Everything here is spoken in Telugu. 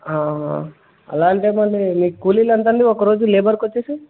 అలా అంటే మరి మీరు మీకు కూలీలు ఎంతండి ఒక్కరోజు లేబర్కు వచ్చి